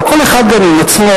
אבל כל אחד גם עם עצמו,